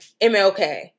MLK